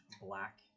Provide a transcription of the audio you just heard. black